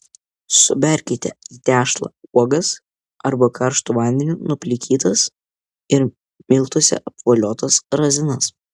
suberkite į tešlą uogas arba karštu vandeniu nuplikytas ir miltuose apvoliotas razinas